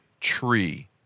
tree